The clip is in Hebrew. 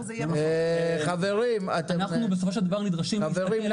אנחנו בסופו של דבר נדרשים ----- חברים,